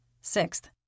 Sixth